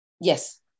Yes